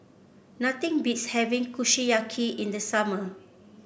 nothing beats having Kushiyaki in the summer